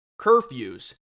curfews